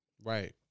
Right